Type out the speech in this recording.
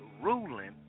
ruling